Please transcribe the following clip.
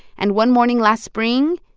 and one morning last spring,